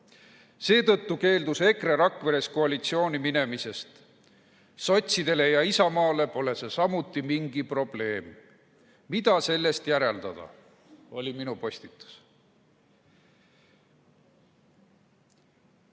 Seetõttu keeldus EKRE Rakveres koalitsiooni minemisest. Sotsidele ja Isamaale pole see samuti mingi probleem. Mida sellest järeldada?"" See oli minu postitus.